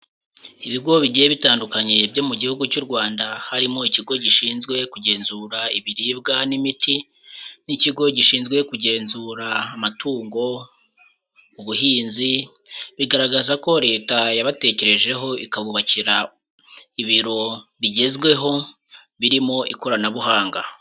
Ibigo bigiye bitandukanye byo mu gihugu cy'u Rwanda, harimo ikigo gishinzwe kugenzura ibiribwa n'imiti, n'ikigo gishinzwe kugenzura amatungo, ubuhinzi. Bigaragaza ko Leta yabatekerejeho ikabubakira ibiro bigezweho birimo ikoranabuhanga.